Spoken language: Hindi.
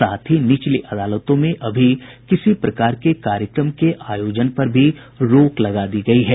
साथ ही निचली अदालतों में अभी किसी प्रकार के कार्यक्रम के आयोजन पर भी रोक लगा दी गयी है